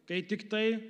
kai tiktai